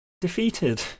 defeated